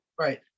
Right